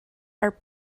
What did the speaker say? are